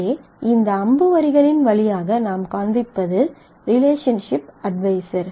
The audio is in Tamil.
இங்கே இந்த அம்பு வரிகளின் வழியாக நாம் காண்பிப்பது ரிலேஷன்ஷிப் அட்வைசர்